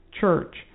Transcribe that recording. Church